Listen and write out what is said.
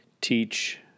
teach